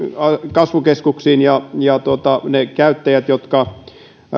kasvukeskuksiin ja ja niiden käyttäjille jotka